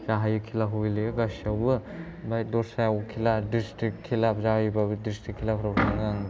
गाहाय खेलाखौ गेलेयो गासैयावबो माने दस्रायाव खेला डिस्ट्रिक्ट खेला जायोबाबो डिस्ट्रिक्ट खेलाफोराव थाङो आं